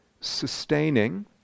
sustaining